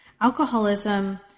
alcoholism